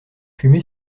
fumée